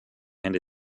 and